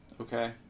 Okay